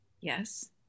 Yes